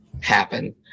happen